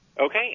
Okay